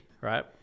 right